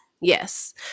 yes